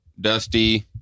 Dusty